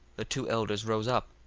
the two elders rose up,